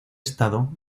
estado